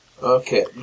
Okay